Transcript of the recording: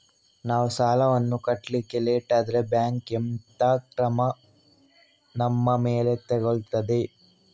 ನಾವು ಸಾಲ ವನ್ನು ಕಟ್ಲಿಕ್ಕೆ ಲೇಟ್ ಆದ್ರೆ ಬ್ಯಾಂಕ್ ಎಂತ ಕ್ರಮ ನಮ್ಮ ಮೇಲೆ ತೆಗೊಳ್ತಾದೆ?